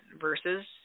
versus